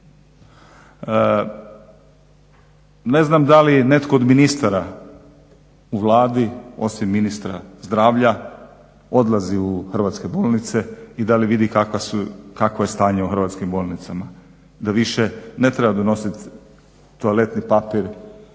Ne znam da li netko od ministara u Vladi, osim ministra zdravlja odlazi u hrvatske bolnice i da li vidi kakva su, kakvo je stanje u hrvatskim bolnicama, da više ne treba donositi toaletni papir,